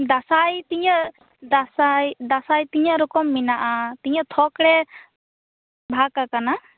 ᱫᱟᱥᱟᱸᱭ ᱛᱤᱧᱟ ᱜ ᱫᱟᱥᱟᱸᱭ ᱫᱟᱥᱟᱸᱭ ᱛᱤᱧᱟ ᱜ ᱨᱚᱠᱚᱢ ᱢᱮᱱᱟᱜ ᱼᱟ ᱛᱤᱧᱟ ᱜ ᱛᱷᱚᱠ ᱨᱮ ᱵᱷᱟᱜᱽ ᱟᱠᱟᱱᱟ